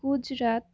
Gujarat